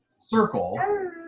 circle